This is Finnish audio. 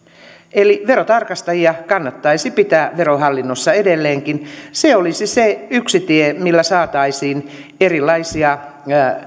eli verotarkastajia kannattaisi pitää verohallinnossa edelleenkin se olisi se yksi tie millä saataisiin erilaisia